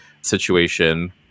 situation